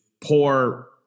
poor